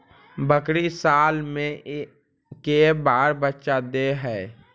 बकरी साल मे के बार बच्चा दे है?